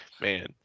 Man